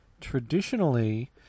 Traditionally